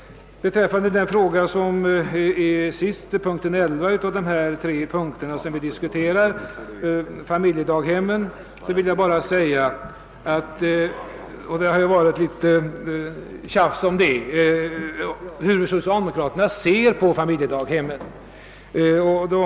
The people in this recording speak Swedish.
I fråga om familjedaghemmen, som behandlas i punkt 11 i utlåtandet, har det varit litet tjafs om hur socialdemokraterna ser på familjedaghemmen.